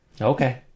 Okay